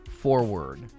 forward